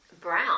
Brown